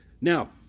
Now